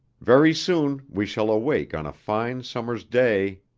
very soon we shall awake on a fine summer's day.